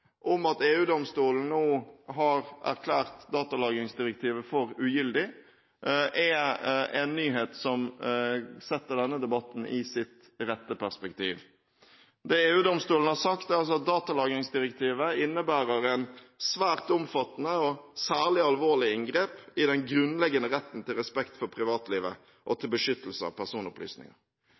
om at EU-domstolen nå har erklært datalagringsdirektivet for ugyldig, er en nyhet som setter denne debatten i sitt rette perspektiv. Det EU-domstolen har sagt, er at datalagringsdirektivet innebærer en svært omfattende og et særlig alvorlig inngrep i den grunnleggende retten til respekt for privatlivet og til beskyttelse av personopplysninger.